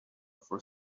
for